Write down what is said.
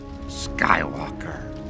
Skywalker